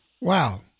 Wow